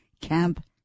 Camp